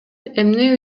эмне